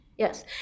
Yes